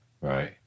Right